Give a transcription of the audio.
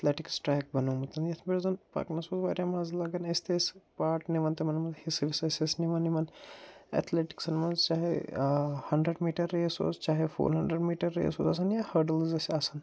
athletics track بنومُت یَتھ پٮ۪ٹھ زن پکنس منٛز وارِیاہ مزٕ لَگن اَسہِ تہِ ٲسۍ پاٹ نِوان تِمن منٛز حِصہِ وِصہٕ ٲسۍ أسۍ نِوان یِمن اٮ۪تھلِٹِسن منٛز چاہیے ہنٛرنٛٹ میٖٹر ریس اوس چاہیے فور ہنٛدرنٛٹ میٖٹر ریس اوس آسان یا ہڈٕلٕز ٲسۍ آسان